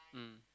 mm